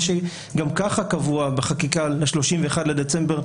מה שגם ככה קבוע בחקיקה ל-31 בדצמבר,